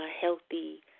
healthy